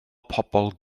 pobl